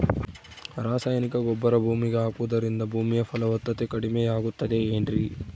ರಾಸಾಯನಿಕ ಗೊಬ್ಬರ ಭೂಮಿಗೆ ಹಾಕುವುದರಿಂದ ಭೂಮಿಯ ಫಲವತ್ತತೆ ಕಡಿಮೆಯಾಗುತ್ತದೆ ಏನ್ರಿ?